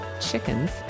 chickens